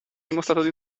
dimostrato